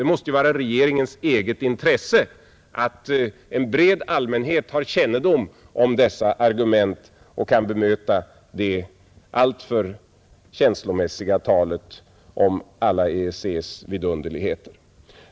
Det måste ju vara i regeringens eget intresse att en bred allmänhet har kännedom om dessa argument och kan bemöta det alltför känslomässiga talet om alla EEC:s vidunderligheter.